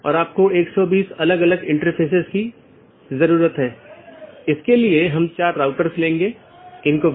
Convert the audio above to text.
तो यह AS संख्याओं का एक सेट या अनुक्रमिक सेट है जो नेटवर्क के भीतर इस राउटिंग की अनुमति देता है